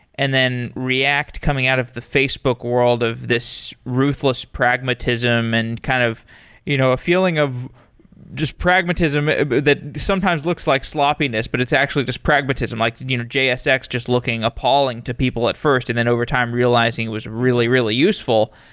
and then react coming out of the facebook world of this ruthless pragmatism and kind of you know a feeling of just pragmatism that sometimes looks like sloppiness, but it's actually this pragmatism. like you know jsx just looking appalling to people at first and then overtime realizing it was really, really useful.